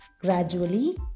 Gradually